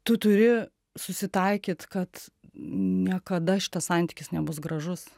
tu turi susitaikyt kad niekada šitas santykis nebus gražus